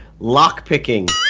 lockpicking